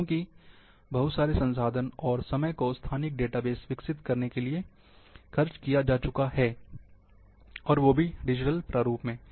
क्योंकि बहुत सारे संसाधनों और समय को स्थानिक डेटाबेस विकसित करने के लिए खर्च किया जा चुका है और वो भी डिजिटल प्रारूप में